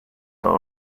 are